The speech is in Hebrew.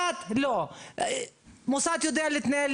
ובסוף התברר שהיא לא יכולה להוציא אותה כי הצ'ק הבנקאי,